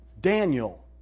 Daniel